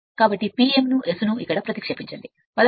కాబట్టి P m ఉంచండి S ను ఇక్కడ ఉంచండి 16